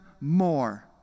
more